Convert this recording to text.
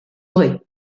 aurez